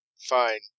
fine